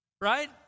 right